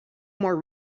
more